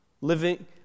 living